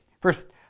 First